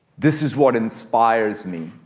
this is what inspires me.